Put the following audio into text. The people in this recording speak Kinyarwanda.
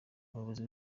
umuyobozi